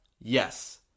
Yes